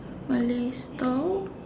Malay store